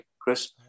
Chris